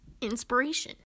inspiration